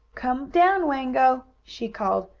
come down, wango! she called,